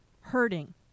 hurting